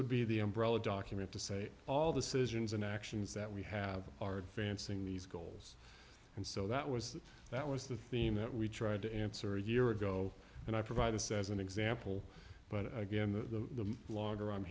would be the umbrella document to say all the citizens in actions that we have are advancing these goals and so that was that was the theme that we tried to answer a year ago and i provide this as an example but again the lo